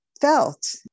felt